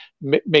make